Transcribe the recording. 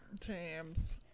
James